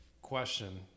Question